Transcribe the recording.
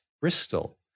Bristol